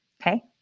okay